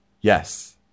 Yes